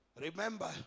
Remember